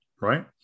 right